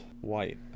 white